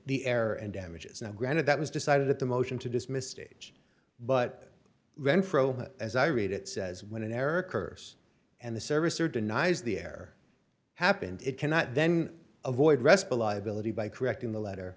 the air and damages now granted that was decided at the motion to dismiss stage but renfro as i read it says when an error occurs and the service or denies the air happened it cannot then avoid respa liability by correcting the letter